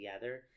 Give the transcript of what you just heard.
together